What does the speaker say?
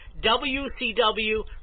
WCW